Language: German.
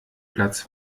platz